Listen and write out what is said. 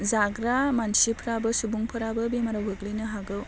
जाग्रा मानसिफ्राबो सुबुंफोराबो बेमाराव गोग्लैनो हागौ